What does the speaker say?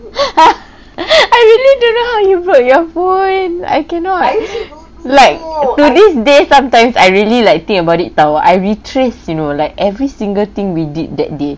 I really don't know how you broke your phone I cannot like to this day sometimes I really like think about it [tau] I retraced you know like every single thing we did that day